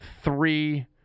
three